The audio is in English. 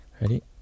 Ready